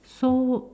so